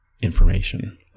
information